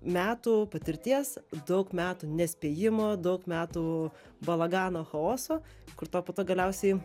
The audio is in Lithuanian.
metų patirties daug metų nespėjimo daug metų balagano chaoso kur tau po to galiausiai